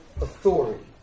authority